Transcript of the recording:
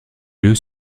lieu